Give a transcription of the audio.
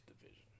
division